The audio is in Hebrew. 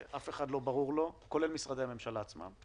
אף עסק לא יוכל להיפתח כל זמן שאתם אומרים שבגילאים מסוימים אין בכלל,